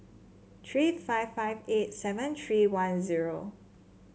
three five five eight seven three one zero